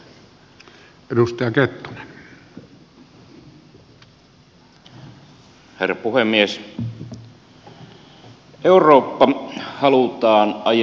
eurooppa halutaan ajaa liittovaltioksi